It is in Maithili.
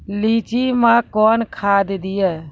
लीची मैं कौन खाद दिए?